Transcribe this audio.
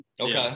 Okay